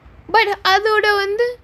அதோட வந்து:athoda vanthu